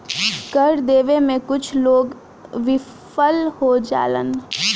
कर देबे में कुछ लोग विफल हो जालन